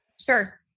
sure